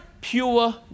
pure